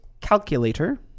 calculator